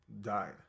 died